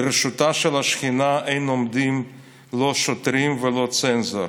לרשותה של השכינה אין עומדים לא שוטרים ולא צנזור.